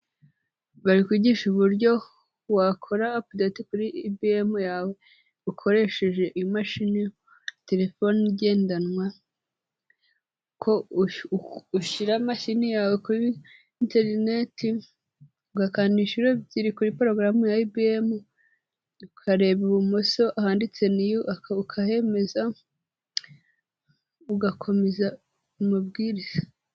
Bari kwigisha uburyo wakora apudei kuri ibiyemu yawe ukoresheje imashini, terefoni igendanwa, ko ushyira imashini yawe kuri interineti ugakanda inshyuro ebyiri kuri porogaramu ya ibiyemu, ukareba ibumoso ahanditse niyo ukayemeza, ugakomeza umabwiriza.